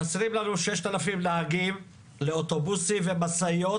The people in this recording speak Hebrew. חסרים לנו 6,000 נהגים לאוטובוסים ומשאיות.